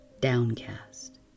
downcast